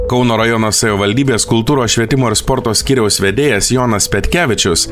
kauno rajono savivaldybės kultūros švietimo ir sporto skyriaus vedėjas jonas petkevičius